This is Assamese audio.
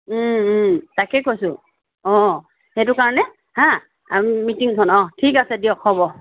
তাকে কৈছোঁ অ সেইটো কাৰণে হা মিটিংখন অ ঠিক আছে দিয়ক হ'ব